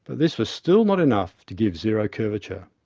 this was still not enough to give zero curvature.